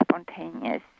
spontaneous